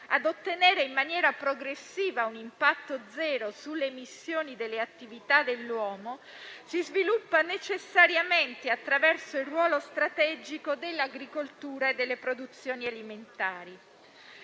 ad ottenere in maniera progressiva un impatto zero sulle emissioni delle attività dell'uomo si sviluppa necessariamente attraverso il ruolo strategico dell'agricoltura e delle produzioni alimentari.